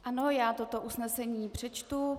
Ano, já toto usnesení přečtu.